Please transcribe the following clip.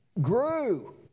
grew